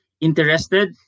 interested